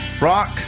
Rock